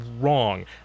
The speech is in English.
wrong